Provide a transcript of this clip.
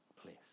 place